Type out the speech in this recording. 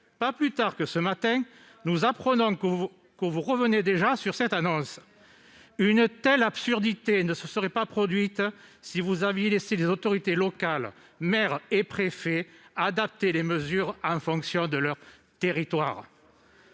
pas plus tard que ce matin, nous apprenons que vous revenez déjà sur cette annonce. Une telle absurdité ne se serait pas produite si vous aviez laissé les autorités locales- maires et préfets - adapter les mesures en fonction de leur territoire.